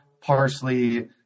parsley